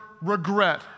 regret